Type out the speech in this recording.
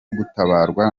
gutabarwa